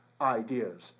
ideas